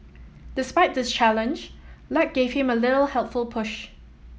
despite this challenge luck gave him a little helpful push